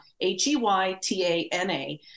H-E-Y-T-A-N-A